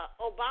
Obama